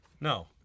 No